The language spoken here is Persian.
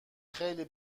خیلی